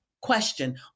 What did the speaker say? question